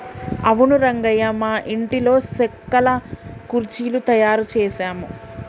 అవును రంగయ్య మా ఇంటిలో సెక్కల కుర్చీలు తయారు చేసాము